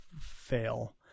fail